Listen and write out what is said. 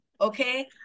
okay